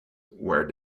where